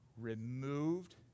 removed